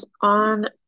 on